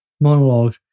monologue